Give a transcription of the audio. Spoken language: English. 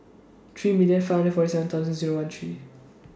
three million five hundred forty seven Zero one three